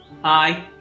Hi